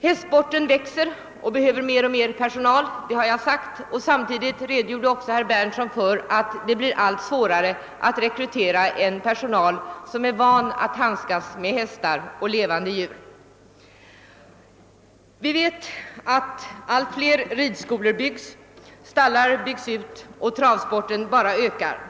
hästsporten växer och behöver mer och mer personal har jag sagt, och herr Berndtsson redogjorde även för att det blir allt svårare att rekrytera personal som är van att handskas med hästar och andra levande djur. Allt fler ridskolor byggs, stallar byggs ut och travsporten bara ökar.